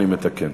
אני מתקן.